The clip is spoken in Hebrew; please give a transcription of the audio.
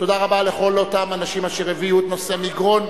תודה רבה לכל אותם אנשים אשר הביאו את נושא מגרון.